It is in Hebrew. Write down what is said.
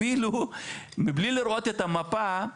אפילו מבלי לראות את המפה,